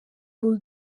bull